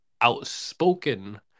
outspoken